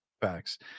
Facts